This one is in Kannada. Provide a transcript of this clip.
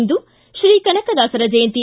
ಇಂದು ಶ್ರೀ ಕನಕದಾಸರ ಜಯಂತಿ